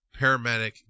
paramedic